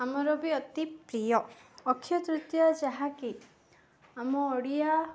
ଆମର ବି ଅତି ପ୍ରିୟ ଅକ୍ଷୟ ତୃତୀୟ ଯାହାକି ଆମ ଓଡ଼ିଆ